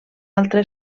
altra